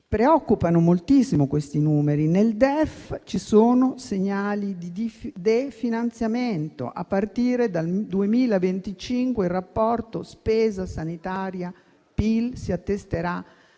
preoccupano moltissimo. Nel DEF ci sono segnali di definanziamento; a partire dal 2025, il rapporto spesa sanitaria-PIL si attesterà